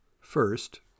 First